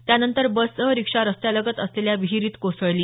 त्यानंतर बससह रिक्षा रस्त्यालगत असलेल्या विहिरीत कोसळली